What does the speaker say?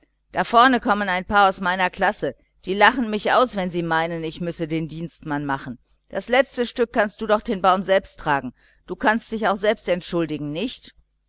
da vornen kommen ein paar aus meiner klasse die lachen mich aus wenn sie meinen ich müsse den dienstmann machen das letzte stück kannst du doch den baum selbst tragen und kannst dich auch selbst entschuldigen nicht